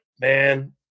man